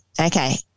okay